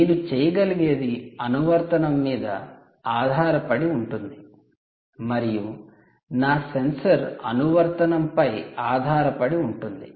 నేను చేయగలిగేది అనువర్తనం మీద ఆధారపడి ఉంటుంది మరియు నా సెన్సార్ అనువర్తనం పై ఆధారపడి ఉంటుంది